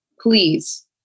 please